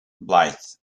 blyth